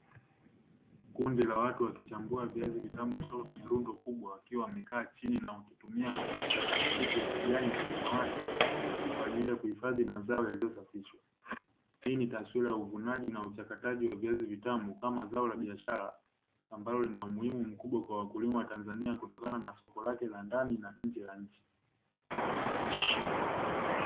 Kundi la watu wakichambua viazi vutamu, kutoka lundo kubwa, wakiwa wmekaa chini na wakitumia makasha ya plastiki ya kijani na samawati kwaajili ya kuhifandi mazao yaliyo safishwa hii ni taswira ya uvunwaji na uchakwataji wa viazi vitamu kama zao la biashara, ambalo lina umuhimu kwa wakulima wa Tanzania kutokana na soko lake la ndani na nje ya nchi.